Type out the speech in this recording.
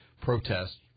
protest